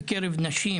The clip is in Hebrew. בקרב נשים